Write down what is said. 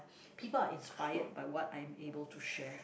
people are inspired by what I'm able to share